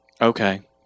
Okay